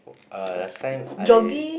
uh last time I